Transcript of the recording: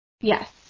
Yes